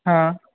हॅं